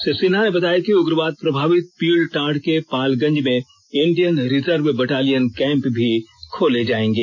श्री सिन्हा ने बताया कि उग्रवाद प्रभावित पीड़टांड़ के पालगंज में इंडियन रिजर्व बटालिय कैंप भी खोले जाएंगे